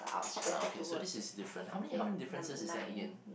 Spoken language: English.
well okay so this is different how many how many differences is that again